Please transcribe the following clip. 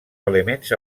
elements